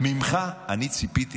ממך אני ציפיתי,